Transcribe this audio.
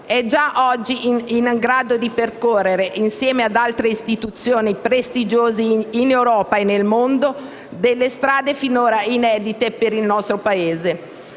è già oggi in grado di percorrere, insieme ad altre istituzioni prestigiose in Europa e nel mondo, delle strade finora inedite per il nostro Paese.